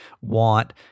want